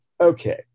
Okay